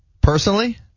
Personally